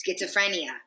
Schizophrenia